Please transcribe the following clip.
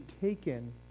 taken